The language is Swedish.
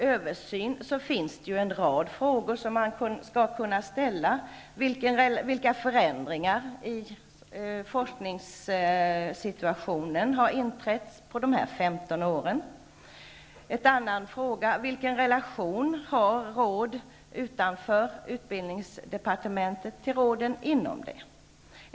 När det gäller en sådan här översyn kan man ställa vissa frågor. Vilka förändringar i forskningssituationen har inträtt under de gångna 15 åren? En annan fråga lyder: Vilken relation har råd utanför utbildningsdepartementet till råden inom departementet?